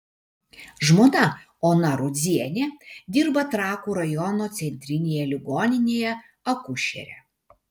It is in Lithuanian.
žmona ona rudzienė dirba trakų rajono centrinėje ligoninėje akušere